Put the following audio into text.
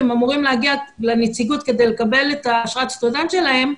הם אמורים להגיע לנציגות לקבל את אשרת הסטודנט שלהם,